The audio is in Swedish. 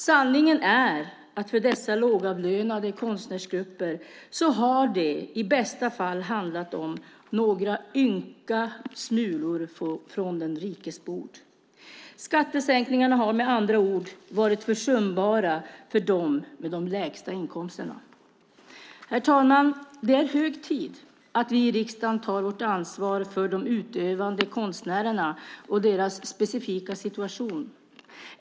Sanningen är att det för dessa lågavlönade konstnärsgrupper i bästa fall har handlat om några ynka smulor från den rikes bord. Skattesänkningarna har med andra ord varit försumbara för dem med de lägsta inkomsterna. Herr talman! Det är hög tid att vi i riksdagen tar vårt ansvar för de utövande konstnärerna och deras specifika situation.